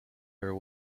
her